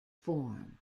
form